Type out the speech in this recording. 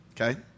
okay